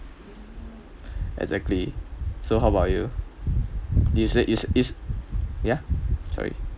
exactly so how about you you say you say is ya sorry